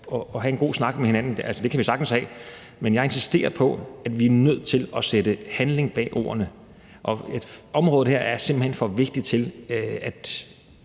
og have en god snak med hinanden – altså, det kan vi sagtens have, men jeg insisterer på, at vi er nødt til at sætte handling bag ordene, og området her er simpelt hen for vigtigt til, at